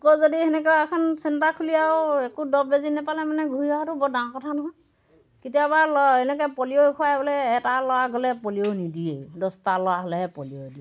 আকৌ যদি সেনেকুৱা এখন চেণ্টাৰ খুলি আৰু একো দৰৱ বেজী নেপালে মানে ঘূৰি অহাটো বৰ ডাঙৰ কথা নহয় কেতিয়াবা ল এনেকৈ পলিঅ' খোৱাই বোলে এটা ল'ৰা গ'লে পলিঅ' নিদিয়েই দছটা ল'ৰা হ'লেহে পলিঅ' দিয়ে